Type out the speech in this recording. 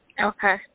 Okay